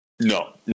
No